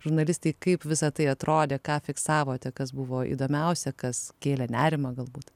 žurnalistei kaip visa tai atrodė ką fiksavote kas buvo įdomiausia kas kėlė nerimą galbūt